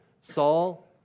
Saul